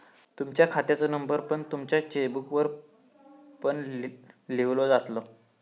तुमच्या खात्याचो नंबर तुमच्या चेकबुकवर पण लिव्हलो जातलो